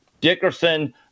Dickerson